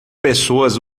pessoas